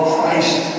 Christ